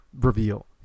reveal